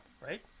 right